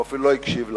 הוא אפילו לא הקשיב לכם.